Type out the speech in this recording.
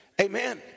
Amen